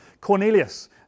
Cornelius